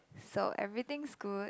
so everything's good